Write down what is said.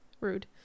rude